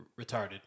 retarded